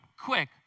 quick